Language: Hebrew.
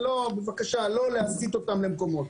בבקשה לא להסיט אותם למקומות.